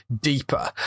deeper